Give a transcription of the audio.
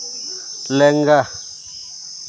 ᱞᱮᱸᱜᱟ